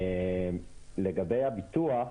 לגבי הביטוח,